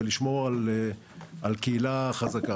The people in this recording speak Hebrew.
ולשמור על קהילה חזקה.